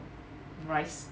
rice